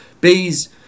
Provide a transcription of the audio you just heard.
bees